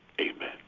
amen